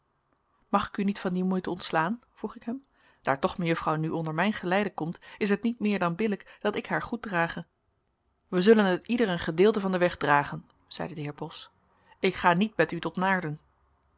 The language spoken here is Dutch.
mag ik u niet van die moeite ontslaan vroeg ik hem daar toch mejuffrouw nu onder mijn geleide komt is het niet meer dan billijk dat ik haar goed drage wij zullen het ieder een gedeelte van den weg dragen zeide de heer bos ik ga niet met u tot naarden